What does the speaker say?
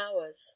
hours